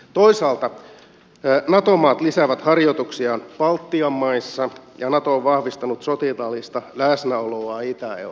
toisaalta nato maat lisäävät harjoituksiaan baltian maissa ja nato on vahvistanut sotilaallista läsnäoloaan itä euroopassa